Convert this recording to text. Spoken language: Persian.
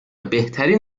بهترین